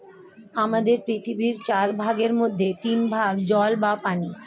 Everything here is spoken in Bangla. আমাদের পৃথিবীর চার ভাগের মধ্যে তিন ভাগ জল বা পানি